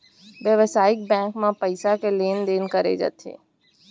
बेवसायिक बेंक म पइसा के लेन देन करे जाथे